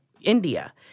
India